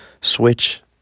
switch